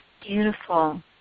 Beautiful